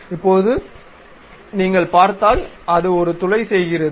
இப்போது நீங்கள் பார்த்தால் அது ஒரு துளை செய்கிறது